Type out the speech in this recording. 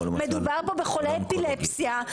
מדובר פה בחולי אפילפסיה,